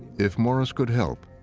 if morris could help,